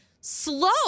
slow